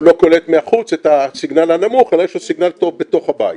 הוא לא קולט מהחוץ את הסיגנל הנמוך אבל יש לו סיגנל טוב בתוך הבית,